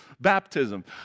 baptism